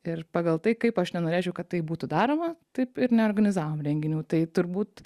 ir pagal tai kaip aš nenorėčiau kad tai būtų daroma taip ir neorganizavom renginių tai turbūt